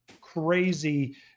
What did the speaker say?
crazy